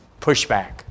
pushback